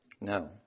No